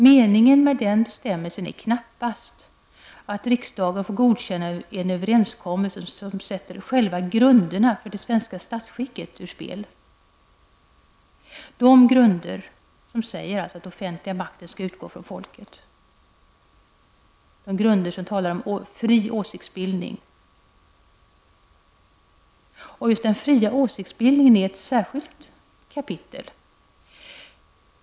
Meningen med den bestämmelsen är knappast att riksdagen får godkänna en överenskommelse som sätter själva grunderna för det svenska statsskicket ut spel -- alltså vad som sägs om att den offentliga makten skall utgå från folket och att detta skall bygga på en fri åsiktsbildning. Just den fria åsiktsbildningen är ett särskilt kapitel.